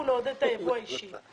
אנחנו נעודד את היבוא האישי.